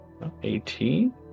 18